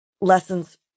lessons